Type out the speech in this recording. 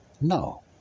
No